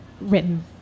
written